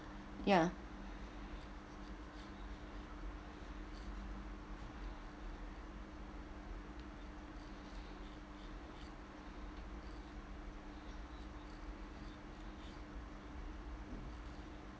ya